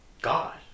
God